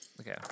Okay